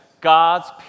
God's